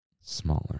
smaller